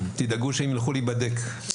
שידאגו שהם ילכו להיבדק כדי להציל אותם.